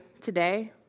today